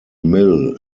mill